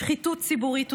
שחיתות ציבורית תותר,